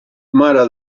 mare